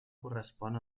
correspon